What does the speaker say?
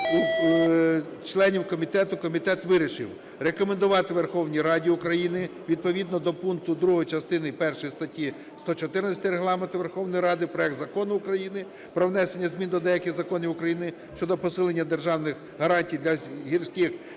- членів комітету, комітет вирішив: рекомендувати Верховній Раді України, відповідно до пункту 2 частини першої статті 114 Регламенту Верховної Ради проект Закону України про внесення змін до деяких законів України щодо посилення державних гарантій для гірських